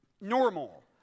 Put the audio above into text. normal